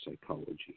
psychology